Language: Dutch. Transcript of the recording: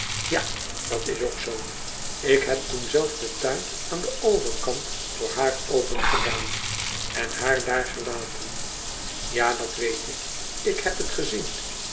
ja dat is ook zoo ik heb toen zelf den tuin aan den overkant voor haar opengedaan en haar daar gelaten ja dat weet ik ik heb het gezien